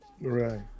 right